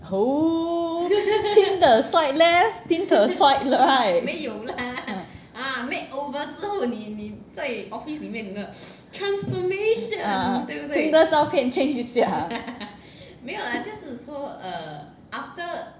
oh Tinder swipe left Tinder swipe right ah ah Tinder 照片 change 一下